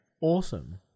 awesome